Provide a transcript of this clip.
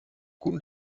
guten